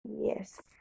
yes